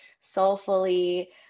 soulfully